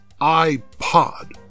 iPod